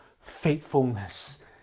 faithfulness